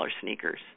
sneakers